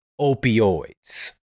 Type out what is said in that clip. opioids